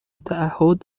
تعهد